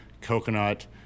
coconut